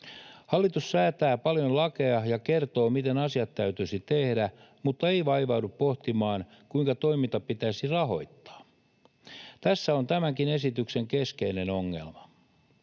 Hallitus säätää paljon lakeja ja kertoo, miten asiat täytyisi tehdä, mutta ei vaivaudu pohtimaan, kuinka toiminta pitäisi rahoittaa. Tässä on tämänkin esityksen keskeinen ongelma.